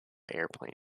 airplane